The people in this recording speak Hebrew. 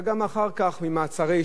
ממעצרי שווא,